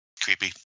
Creepy